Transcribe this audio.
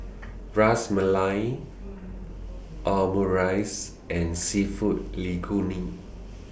Ras Malai Omurice and Seafood